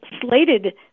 slated